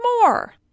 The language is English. more